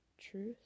truth